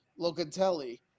Locatelli